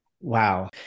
Wow